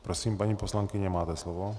Prosím, paní poslankyně, máte slovo.